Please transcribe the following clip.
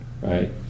right